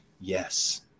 yes